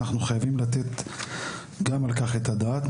אנחנו חייבים לתת גם על כך את הדעת,